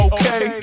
Okay